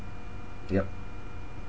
yup